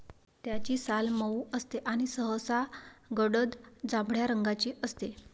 त्याची साल मऊ असते आणि सहसा गडद जांभळ्या रंगाची असते